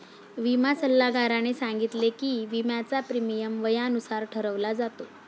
विमा सल्लागाराने सांगितले की, विम्याचा प्रीमियम वयानुसार ठरवला जातो